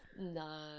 No